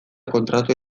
kontratua